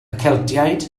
celtiaid